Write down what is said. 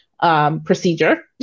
Procedure